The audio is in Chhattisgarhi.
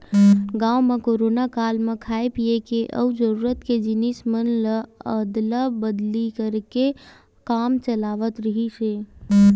गाँव म कोरोना काल म खाय पिए के अउ जरूरत के जिनिस मन के अदला बदली करके काम चलावत रिहिस हे